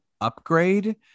upgrade